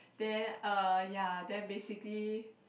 then uh ya then basically